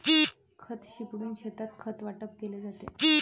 खत शिंपडून शेतात खत वाटप केले जाते